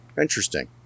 Interesting